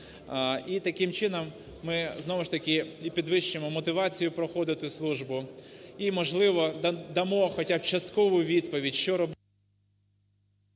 І таким чином ми знову ж таки і підвищимо мотивацію проходити службу і, можливо, дамо хоча б часткову відповідь, що робити…